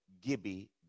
Gibby